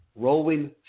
Rolling